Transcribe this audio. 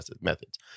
methods